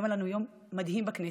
היה לנו היום יום מדהים בכנסת.